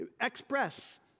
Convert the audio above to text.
express